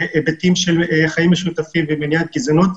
בהיבטים של חיים משותפים ומניעת גזענות.